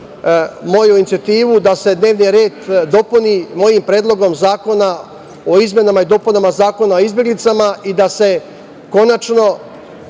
moju inicijativu da se dnevni red dopuni mojim Predlogom zakona o izmenama i dopunama Zakona o izbeglicama i da se konačno